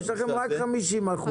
יש לכם רק 50 אחוזים בוועדה.